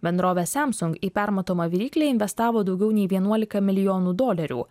bendrovė semsung į permatomą viryklę investavo daugiau nei vienuolika milijonų dolerių